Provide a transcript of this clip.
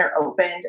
opened